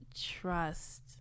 trust